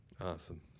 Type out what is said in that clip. Awesome